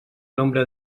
nombre